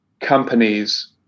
companies